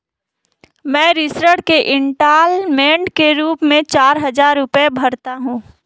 मैं ऋण के इन्स्टालमेंट के रूप में चार हजार रुपए भरता हूँ